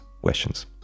questions